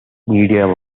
media